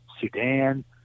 Sudan